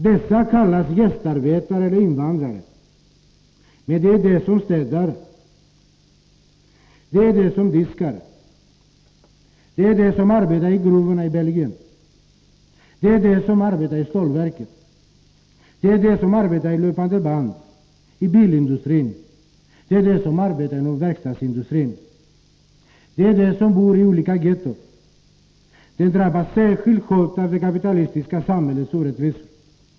Dessa kallas gästarbetare eller invandrare, men det är de som städar, det är de som diskar, det är de som arbetar i gruvorna i Belgien, det är de som arbetar inom stålverken, vid löpande band, inom bilindustrin och verkstadsindustrin. Det är de som bor i olika getton. De drabbas särskilt hårt av det kapitalistiska samhällets orättvisor.